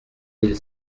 mille